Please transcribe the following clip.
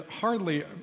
hardly